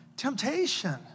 temptation